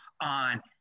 on